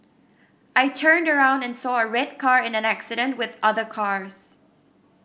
I turned around and saw a red car in an accident with other cars